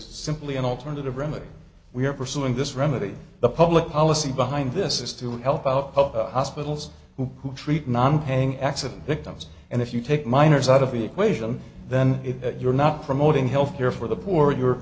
simply an alternative remedy we are pursuing this remedy the public policy behind this is to help out hospitals who treat nonpaying accident victims and if you take minors out of the equation then you're not promoting health care for the poor you're